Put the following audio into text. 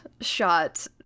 shot